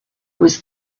was